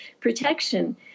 protection